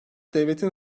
devletin